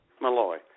Malloy